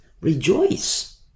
rejoice